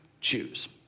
choose